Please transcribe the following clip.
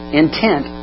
intent